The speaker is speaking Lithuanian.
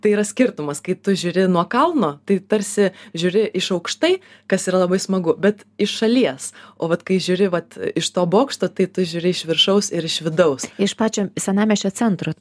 tai yra skirtumas kai tu žiūri nuo kalno tai tarsi žiūri iš aukštai kas yra labai smagu bet iš šalies o vat kai žiūri vat iš to bokšto tai tu žiūri iš viršaus ir iš vidaus iš to bokšto tai tu žiūri iš viršaus ir iš vidaus iš pačią senamiesčio centrą